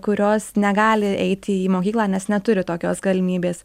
kurios negali eiti į mokyklą nes neturi tokios galimybės